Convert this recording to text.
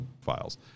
files